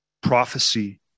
prophecy